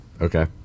Okay